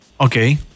Okay